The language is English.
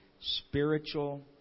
Spiritual